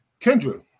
Kendra